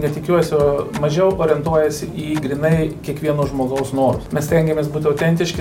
ne tikiuosi o mažiau orientuojasi į grynai kiekvieno žmogaus norus mes stengiamės būt autentiški